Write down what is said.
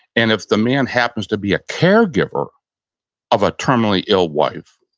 and if the man happens to be a caregiver of a terminally ill wife,